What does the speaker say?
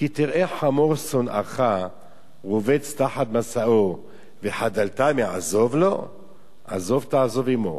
"כי תראה חמור שֹנאך רֹבץ תחת משאו וחדלת מעזֹב לו עזֹב תעזֹב עמו".